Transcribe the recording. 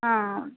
ಹಾಂ